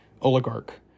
oligarch